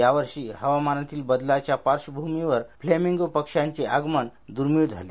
यावर्षी हवामानातील बदलाच्या पार्श्वभूमीवर प्लेमिंगो पक्षांचे आगमन दुर्मिळ झाले